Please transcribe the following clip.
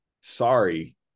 sorry